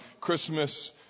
Christmas